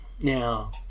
Now